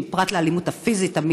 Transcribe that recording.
לקריאה שנייה ולקריאה שלישית: